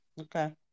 Okay